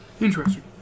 Interesting